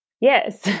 Yes